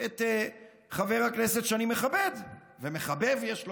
את חבר הכנסת, שאני מכבד ומחבב, יש לומר,